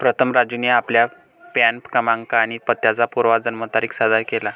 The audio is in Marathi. प्रथम राजूने आपला पॅन क्रमांक आणि पत्त्याचा पुरावा जन्मतारीख सादर केला